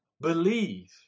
believe